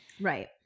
Right